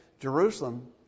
Jerusalem